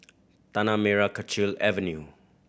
Tanah Merah Kechil Avenue